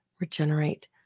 regenerate